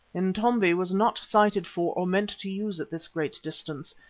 intombi was not sighted for or meant to use at this great distance,